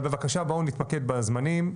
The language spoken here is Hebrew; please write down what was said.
אבל בבקשה בואו נתמקד בזמנים,